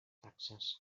taxes